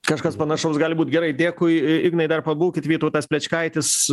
kažkas panašaus gali būt gerai dėkui ignai dar pabūkit vytautas plečkaitis